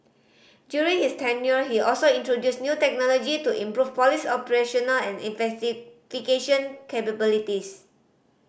during his tenure he also introduced new technology to improve police operational and investigation capabilities